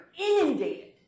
inundated